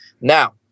now